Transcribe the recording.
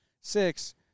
six